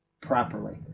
properly